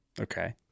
Okay